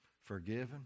Forgiven